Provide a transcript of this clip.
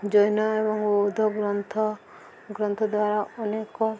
ଜୈନ ଏବଂ ବୌଦ୍ଧ ଗ୍ରନ୍ଥ ଗ୍ରନ୍ଥ ଦ୍ୱାରା ଅନେକ